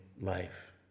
life